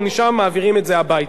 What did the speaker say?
ומשם מעבירים את זה הביתה.